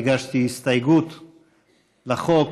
הסתייגות לחוק,